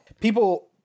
People